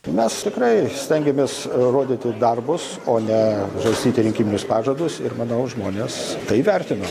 mes tikrai stengiamės rodyti darbus o ne žarstyti rinkiminius pažadus ir manau žmonės tai vertina